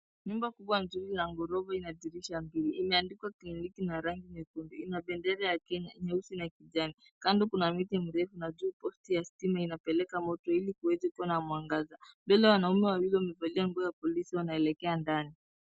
Nyumba kubwa nzuri ya ghorofa ina dirisha mbili. Imeandikwa kliniki na rangi nyekundu. Ina ina bendera ya kenye, nyeusi na kijani. Kando kuna miti mirefu na juu posti ya stuma inapeleka moto ili kuweze kuwa na mwangaza. Mbele wanaume wakiwa wamevalia nguo ya polisi wanaelekea ndani.